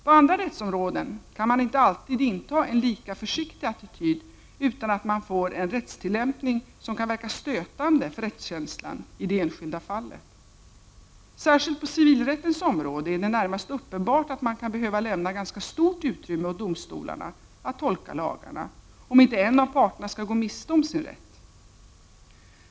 På andra rättsområden kan man inte alltid inta en lika försiktig attityd utan att man får en rättstillämpning som kan verka stötande i enskilda fall. Särskilt på civilrättsområdet är det närmast uppenbart att man kan behöva lämna ganska stort utrymme åt domstolarna att tolka lagarna, om inte en av parterna skall gå miste om sin rätt.